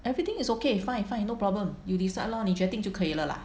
everything is okay fine fine no problem you decide lor 你决定就可以了 lah